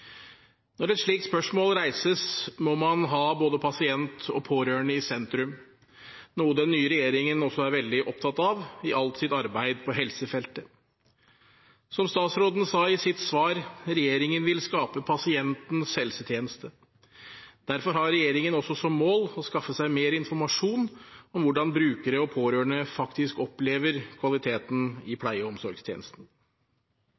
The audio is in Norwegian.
Når et slikt spørsmål reises, må man ha både pasient og pårørende i sentrum, noe den nye regjeringen også er veldig opptatt av i alt sitt arbeid på helsefeltet. Som statsråden sa i sitt svar: Regjeringen vil skape pasientens helsetjeneste. Derfor har regjeringen også som mål å skaffe seg mer informasjon om hvordan brukere og pårørende faktisk opplever kvaliteten i